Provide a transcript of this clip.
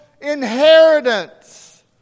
inheritance